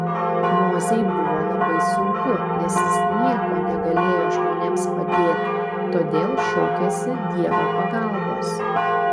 mozei buvo labai sunku nes jis niekuo negalėjo žmonėms padėti todėl šaukėsi dievo pagalbos